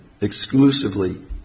exclusively